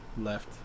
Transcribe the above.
Left